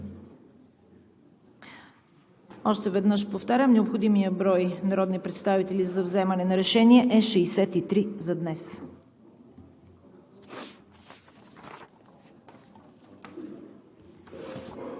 Още веднъж повтарям, необходимият брой народни представители за вземане на решение е 63 за днес. Започваме